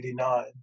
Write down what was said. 1989